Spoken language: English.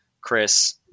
Chris